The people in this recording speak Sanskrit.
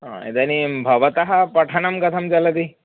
हा इदानीं भवतः पठनं कथं चलति